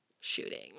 shooting